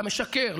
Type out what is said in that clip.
אתה משקר,